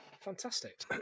Fantastic